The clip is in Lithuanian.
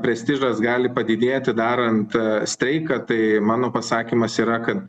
prestižas gali padidėti darant streiką tai mano pasakymas yra kad